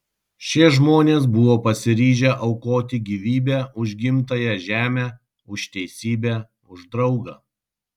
šie žmonės buvo pasiryžę aukoti gyvybę už gimtąją žemę už teisybę už draugą